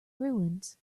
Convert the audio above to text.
ruins